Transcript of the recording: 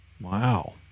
Wow